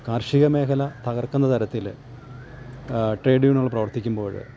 കാർഷിക മേഖല തകർക്കുന്ന തരത്തില് ട്രേഡ് യൂണിയനുകൾ പ്രവർത്തിക്കുമ്പോഴ്